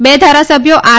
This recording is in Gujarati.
બે ધારાસભ્યો આર